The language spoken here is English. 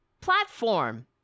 platform